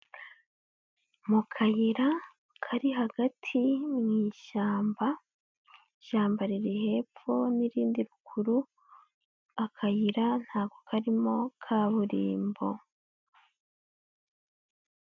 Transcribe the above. Mu kayira kari hagati mu ishyamba, ishyamba riri hepfo n'irindi ruguru, akayira ntabwo karimo kaburimbo.